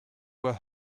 were